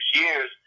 years